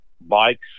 bikes